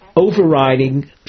overriding